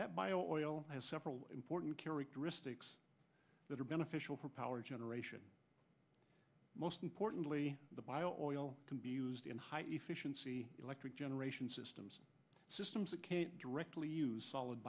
oil has several important characteristics that are beneficial for power generation most importantly the bio or oil can be used in high efficiency electric generation systems systems that can directly use solid